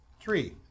Three